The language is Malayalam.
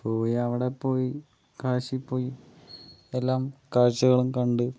പോയി അവിടെ പോയി കാശി പോയി എല്ലാം കാഴ്ചകളും കണ്ട്